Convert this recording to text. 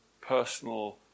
personal